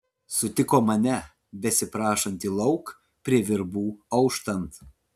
sutiko mane besiprašantį lauk prie virbų auštant